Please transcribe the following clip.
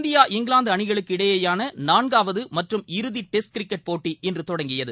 India இங்கிலாந்துஅணிகளுக்கு இடையேயானநான்காவதுமற்றும் இறுதிடெஸ்ட் கிரிக்கெட் போட்டி இன்றுதொடங்கியது